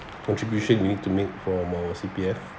contribution you need to make from our C_P_F